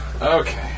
Okay